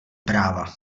práva